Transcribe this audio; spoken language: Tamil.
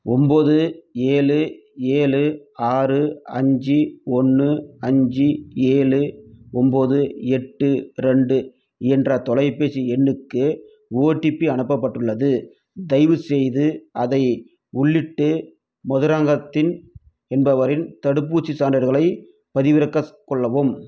ஒம்போது ஏழு ஏழு ஆறு அஞ்சி ஒன்னு அஞ்சி ஏழு ஒம்போது எட்டு ரெண்டு என்ற தொலைபேசி எண்ணுக்கு ஓடிபி அனுப்பப்பட்டுள்ளது தயவுசெய்து அதை உள்ளிட்டு மதுராங்கத்தின் என்பவரின் தடுப்பூசிச் சான்றிதழைப் பதிவிறக்க கொள்ளவும்